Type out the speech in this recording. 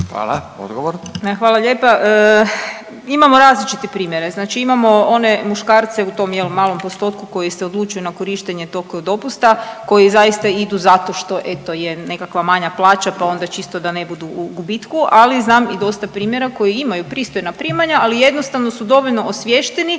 Andreja (SDP)** Hvala lijepa. Imamo različitih primjera, znači imamo one muškarce u tom jel malom postotku koji se odlučuju na korištenje tog dopusta koji zaista idu zato što eto je nekakva manja plaća, pa onda čisto da ne budu u gubitku, ali znam i dosta primjera koji imaju pristojna primanja, ali jednostavno su dovoljno osviješteni